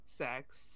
sex